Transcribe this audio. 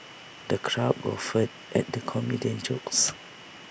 the crowd guffawed at the comedian's jokes